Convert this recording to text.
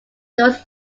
those